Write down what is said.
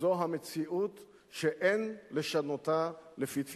זו המציאות שאין לשנותה לפי תפיסתך.